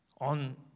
on